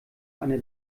eine